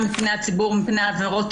לשחרר אנשים גם אם מדובר במספר שעות ספורות.